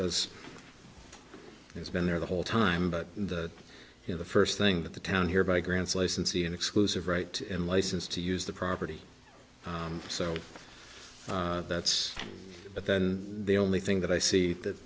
those he's been there the whole time but the you know the first thing that the town here by grants licensee an exclusive right in license to use the property so that's but then the only thing that i see that